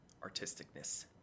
artisticness